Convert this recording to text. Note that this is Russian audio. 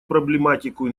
проблематику